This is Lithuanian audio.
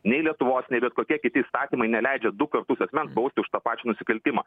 nei lietuvos nei bet kokie kiti įstatymai neleidžia du kartus asmens bausti už tą pačią nusikaltimą